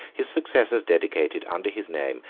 his successors dedicated, under his name,